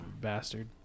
Bastard